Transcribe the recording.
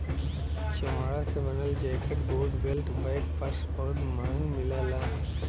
चमड़ा से बनल jacket, boot, belt, bag, purse बहुत महंग मिलला